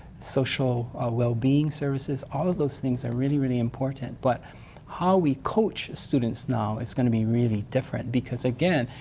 social well-being services, all of those things are really really important. but how we coach students now is going to be really different because again,